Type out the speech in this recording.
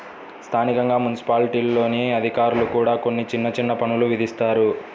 స్థానికంగా మున్సిపాలిటీల్లోని అధికారులు కూడా కొన్ని చిన్న చిన్న పన్నులు విధిస్తారు